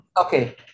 Okay